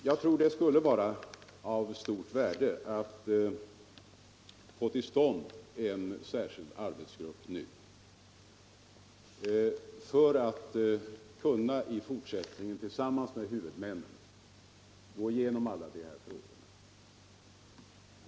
Jag tror att det skulle vara av stort värde att nu få till stånd en särskild arbetsgrupp som i fortsättningen kan gå igenom dessa frågor tillsammans med huvudmännen.